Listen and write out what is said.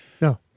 No